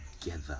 together